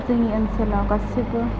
जोंनि ओनसोलाव गासिबो